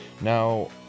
Now